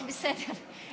בסדר.